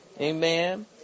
Amen